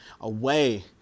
away